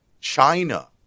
China